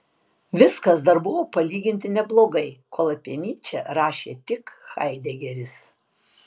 viskas dar buvo palyginti neblogai kol apie nyčę rašė tik haidegeris